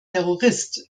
terrorist